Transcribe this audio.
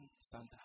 Santa